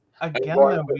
Again